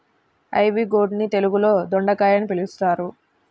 ivy gourd ని తెలుగులో దొండకాయ అని అంటారు